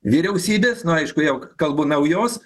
vyriausybės nu aišku jau kalbu naujos